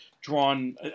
drawn